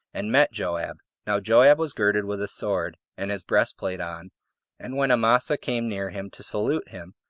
and met joab. now joab was girded with a sword, and his breastplate on and when amasa came near him to salute him,